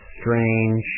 strange